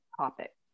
topic